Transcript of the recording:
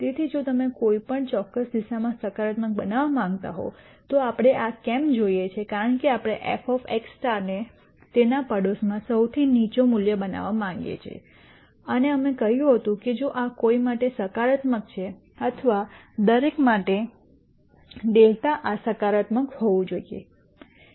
તેથી જો તમે આ કોઈપણ દિશામાં સકારાત્મક બનવા માંગતા હોવ તો આપણે આ કેમ જોઈએ છે કારણ કે આપણે f x ને તેના પડોશમાં સૌથી નીચો મૂલ્ય બનાવવા માંગીએ છીએ અને અમે કહ્યું હતું કે જો આ કોઈ માટે સકારાત્મક છે અથવા તો દરેક માટે δ આ સકારાત્મક હોવું જોઈએ